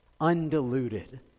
undiluted